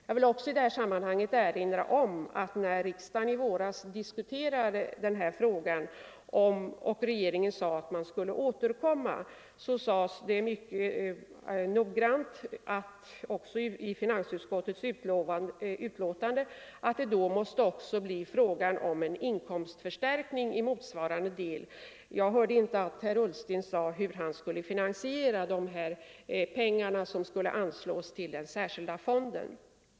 Jag vill också i det här sammanhanget erinra om att när riksdagen i våras diskuterade den här frågan och regeringen sade att man skulle återkomma betonades det mycket starkt i finansutskottets betänkande att det då också måste bli fråga om en inkomstförstärkning i motsvarande del. Jag hörde inte att herr Ullsten sade hur han skulle skaffa de pengar som skulle anslås till den särskilda fonden.